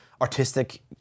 artistic